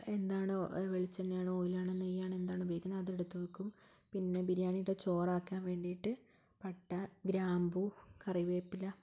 എന്താണോ വെളിച്ചെണ്ണ ആണോ ഓയിൽ ആണോ നെയ്യ് ആണോ എന്താണോ ഉപയോഗിക്കുന്നത് അത് എടുത്ത് വയ്ക്കും പിന്നെ ബിരിയാണിയുടെ ചോറ് ആക്കാൻ വേണ്ടിയിട്ട് പട്ട ഗ്രാമ്പു കറിവേപ്പില